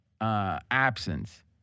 absence